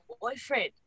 boyfriend